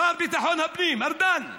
השר לביטחון הפנים ארדן,